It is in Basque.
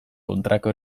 kontrako